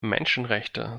menschenrechte